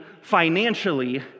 financially